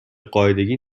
قاعدگی